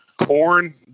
Corn